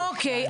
אוקיי.